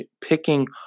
picking